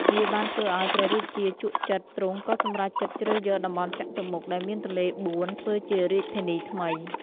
វាបានធ្វើឱ្យព្រះរាជាជក់ចិត្ត ទ្រង់ក៏សម្រេចចិត្តជ្រើសយក តំបន់ចតុមុខ ដែលមានទន្លេបួន ធ្វើជារាជធានីថ្មី ។